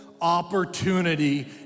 opportunity